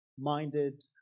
Minded